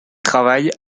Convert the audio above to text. travaille